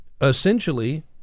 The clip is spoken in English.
essentially